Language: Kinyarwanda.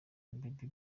bobby